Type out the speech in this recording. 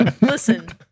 Listen